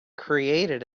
created